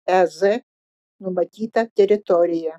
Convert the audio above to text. lez numatytą teritoriją